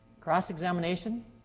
Cross-examination